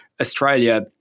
Australia